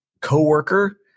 coworker